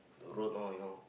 the road all you know